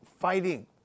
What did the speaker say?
fighting